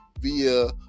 via